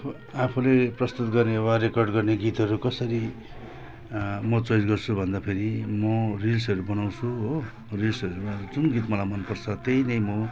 आफूले प्रस्तुत गर्ने वा रेकर्ड गर्ने गीतहरू कसरी म चोइस गर्छु भन्दाखेरि म रिल्सहरू बनाउँछु हो रिल्सहरू बनाउँदा जुन गीत मलाई मनपर्छ त्यही नै म